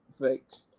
fixed